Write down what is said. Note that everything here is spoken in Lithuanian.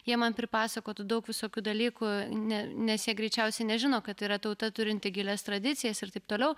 jie man pripasakotų daug visokių dalykų ne nes jie greičiausiai nežino kad yra tauta turinti gilias tradicijas ir taip toliau